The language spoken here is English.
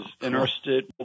interested